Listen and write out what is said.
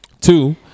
Two